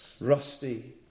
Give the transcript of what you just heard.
rusty